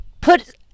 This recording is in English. put